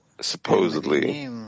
supposedly